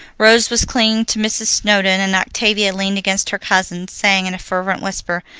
rose was clinging to mrs. snowdon, and octavia leaned against her cousin, saying in a fervent whisper,